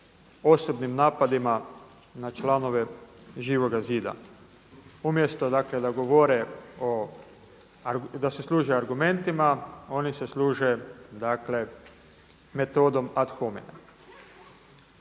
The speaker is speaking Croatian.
osobnim napadima na članove Živoga zida. Umjesto da se služe argumentima, oni se služe metodom ad hominem.